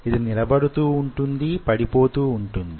ఇది నిలబడుతూ వుంటుంది పడిపోతూ వుంటుంది